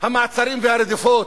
המעצרים והרדיפות.